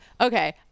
Okay